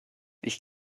ich